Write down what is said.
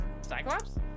Cyclops